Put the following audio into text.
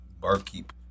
barkeep